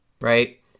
right